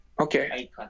Okay